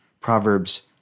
Proverbs